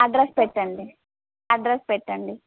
address పెట్టండి address పెట్టండి